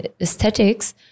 aesthetics